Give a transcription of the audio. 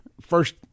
first